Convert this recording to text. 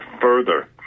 further